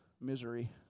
Misery